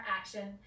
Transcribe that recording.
Action